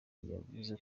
yavuze